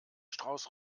strauß